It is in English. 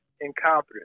incompetent